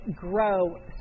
grow